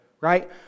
Right